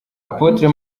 apotre